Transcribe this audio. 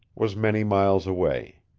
was many miles away.